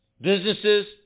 Businesses